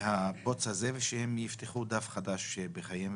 ושהם יפתחו דף חדש בחייהם.